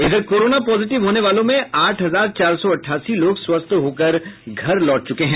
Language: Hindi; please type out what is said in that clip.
इधर कोरोना पॉजिटिव होने वालों में आठ हजार चार सौ अठासी लोग स्वस्थ होकर घर लौट चुके हैं